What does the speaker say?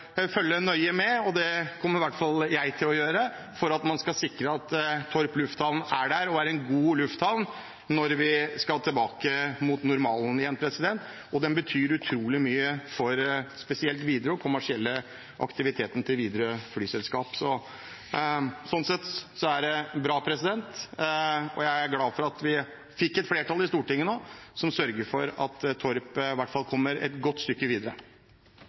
følge nøye med. Det kommer i hvert fall jeg til å gjøre, for vi må sikre at Torp lufthavn er der og er en god lufthavn når vi skal tilbake mot normalen igjen. Den betyr utrolig mye, spesielt for den kommersielle aktiviteten til Widerøe Flyveselskap. Så sånn sett er det bra, og jeg er glad for at vi fikk et flertall i Stortinget nå som sørger for at Torp i hvert fall kommer et godt stykke videre.